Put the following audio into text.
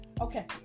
Okay